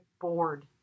bored